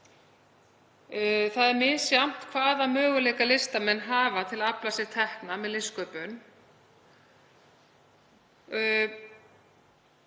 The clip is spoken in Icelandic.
Það er misjafnt hvaða möguleika listamenn hafa til að afla sér tekna með listsköpun